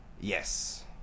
Yes